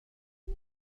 one